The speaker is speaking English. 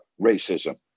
racism